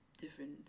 different